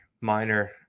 minor